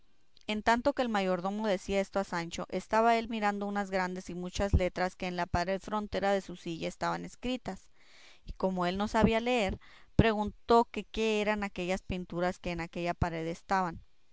en tanto que el mayordomo decía esto a sancho estaba él mirando unas grandes y muchas letras que en la pared frontera de su silla estaban escritas y como él no sabía leer preguntó que qué eran aquellas pinturas que en aquella pared estaban